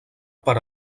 per